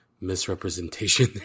misrepresentation